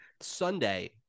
Sunday